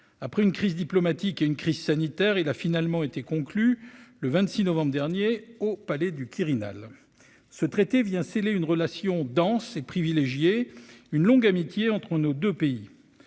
après une crise diplomatique et a une crise sanitaire, il a finalement été conclu le 26 novembre dernier au palais du Quirinal ce traité vient sceller une relation dense privilégier une longue amitié entre nos 2 pays,